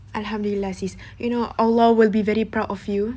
alhamdullilah lah sis you know allah will be very proud of you